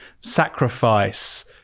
sacrifice